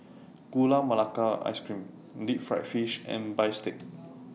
Gula Melaka Ice Cream Deep Fried Fish and Bistake